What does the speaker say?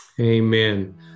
Amen